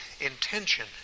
intention